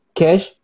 cash